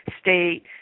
state